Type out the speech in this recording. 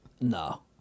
No